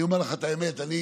אני אומר לך את האמת, אני